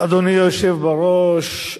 אדוני היושב בראש,